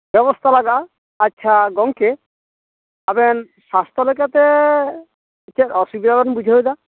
ᱵᱮᱵᱚᱥᱛᱟ ᱞᱟᱜᱟᱜᱼᱟ ᱟᱪᱪᱷᱟ ᱜᱚᱝᱠᱮ ᱟᱵᱮᱱ ᱥᱟᱥᱛᱚ ᱞᱮᱠᱟᱛᱮ ᱪᱮᱫ ᱚᱥᱩᱵᱤᱫᱟ ᱵᱮᱱ ᱵᱩᱡᱷᱟᱹᱣᱮᱫᱟ